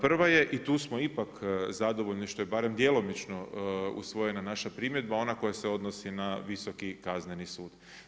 Prva je i tu smo ipak zadovoljni što je barem djelomično usvojena naša primjedba ona koja se odnosi na Visoki kazneni sud.